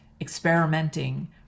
experimenting